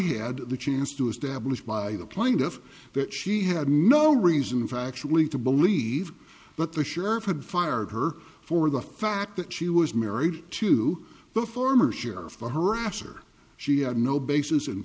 had the chance to establish by the plaintiff that she had no reason factually to believe but the sheriff had fired her for the fact that she was married to the former sheriff for harasser she had no basis in